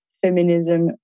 feminism